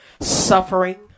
Suffering